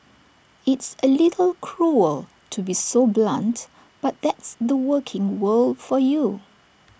it's A little cruel to be so blunt but that's the working world for you